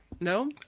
No